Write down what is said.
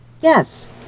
Yes